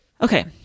Okay